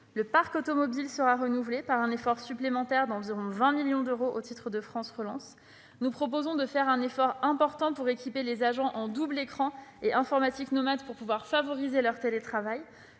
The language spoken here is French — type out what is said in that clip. le parc automobile sera renouvelé par un effort supplémentaire d'environ 20 millions d'euros au titre de France Relance. Nous proposons également d'équiper les agents en doubles écrans et en informatique nomade pour favoriser le télétravail.